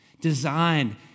designed